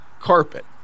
carpet